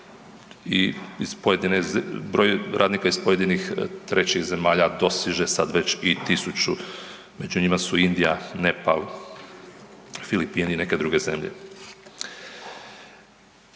i broj radnika iz trećih zemalja dostiže sad već i tisuću, među njima su Indija, Nepal, Filipini i neke druge zemlje.